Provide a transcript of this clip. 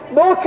no